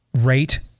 rate